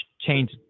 change